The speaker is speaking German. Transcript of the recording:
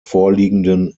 vorliegenden